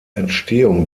entstehung